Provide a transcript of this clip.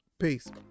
peace